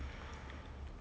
mm